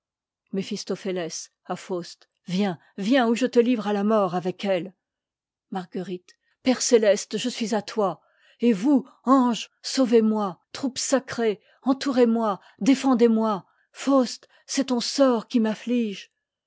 faust viens viens ou je te livre à la mort avec a elle marguerite père céleste je suis à toi et vous anges sauvez-moi troupes sacrées entourez moi défendez-moi faust c'est ton sort qui m'afflige